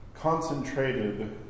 concentrated